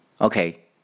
Okay